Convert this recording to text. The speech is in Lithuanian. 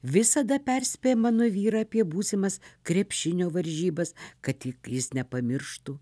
visada perspėja mano vyrą apie būsimas krepšinio varžybas kad tik jis nepamirštų